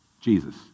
Jesus